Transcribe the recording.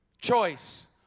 Choice